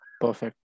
perfect